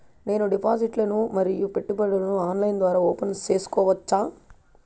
నేను డిపాజిట్లు ను మరియు పెట్టుబడులను ఆన్లైన్ ద్వారా ఓపెన్ సేసుకోవచ్చా?